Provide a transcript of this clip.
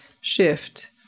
shift